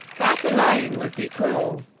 that alone would be cool.